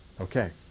Okay